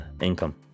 income